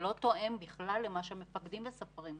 שלא תואמים למה שמפקדים מספרים.